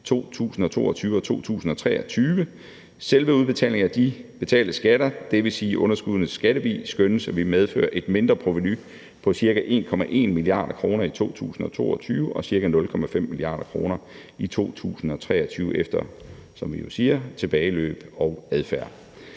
2022 og 2023. Selve udbetalingen af de betalte skatter, dvs. underskuddenes skatteværdi, skønnes at ville medføre et mindreprovenu på ca. 1,1 mia. kr. i 2022 og ca. 0,5 mia. kr. i 2023 efter, som vi jo siger, tilbageløb og adfærd.